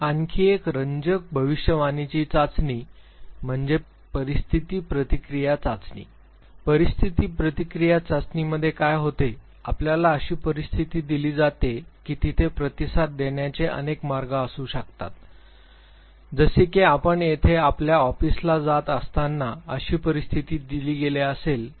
आणखी एक रंजक भविष्यवाणीची चाचणी म्हणजे परिस्थिती प्रतिक्रिया चाचणीची परिस्थिती प्रतिक्रिया चाचणी म्हणजे काय होते जेव्हा आपल्याला अशी परिस्थिती दिली जाते की तेथे प्रतिसाद देण्याचे अनेक मार्ग असू शकतात जसे की आपण तेथे आपल्या ऑफिसला जात असताना अशी परिस्थिती दिली गेली असेल तर